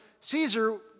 Caesar